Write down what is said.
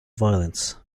violence